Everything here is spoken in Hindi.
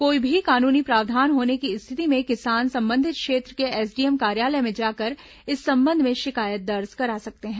कोई भी कानूनी प्रावधान होने की स्थिति में किसान संबंधित क्षेत्र के एसडीएम कार्यालय में जाकर इस संबंध में शिकायत दर्ज करा सकते हैं